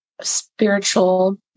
spiritual